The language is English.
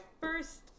first